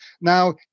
Now